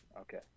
Okay